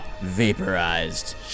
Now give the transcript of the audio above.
Vaporized